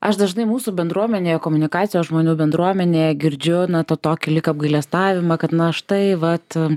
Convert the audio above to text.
aš dažnai mūsų bendruomenėje komunikacijos žmonių bendruomenėje girdžiu na tą tokį lyg apgailestavimą kad na štai vat